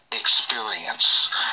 experience